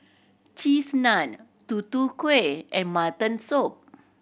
Cheese Naan Tutu Kueh and mutton soup